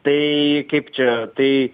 tai kaip čia tai